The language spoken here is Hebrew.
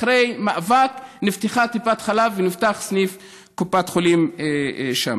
אחרי מאבק נפתחה טיפת חלב ונפתח סניף קופת חולים שם.